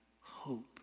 hope